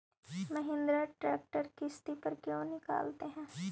Mahindra tractor किसति पर क्यों निकालते हैं?